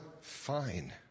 Fine